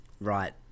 Right